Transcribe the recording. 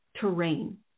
terrain